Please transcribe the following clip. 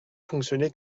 fonctionné